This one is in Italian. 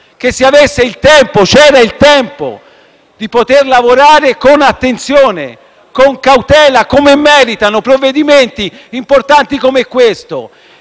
chiesto di avere il tempo - che tra l'altro c'era - di poter lavorare con attenzione e con cautela, come meritano provvedimenti importanti come questo.